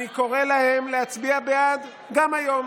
ואני קורא להם להצביע בעד גם היום.